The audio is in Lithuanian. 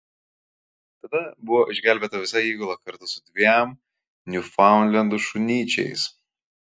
tada buvo išgelbėta visa įgula kartu su dviem niufaundlendų šunyčiais